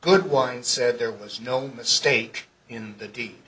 good wine said there was no mistake in the dee